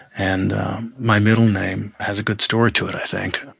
and my middle name has a good story to it, i think.